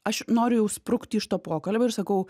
aš noriu jau sprukti iš to pokalbio ir sakau